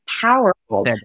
powerful